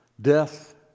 death